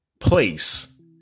place